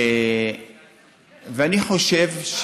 אני חושב,